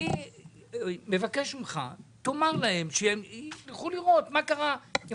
אני מבקש ממך, תאמר להם שהם ילכו לראות מה קרה.